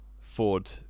Ford